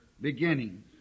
beginning